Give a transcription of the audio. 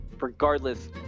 regardless